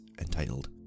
entitled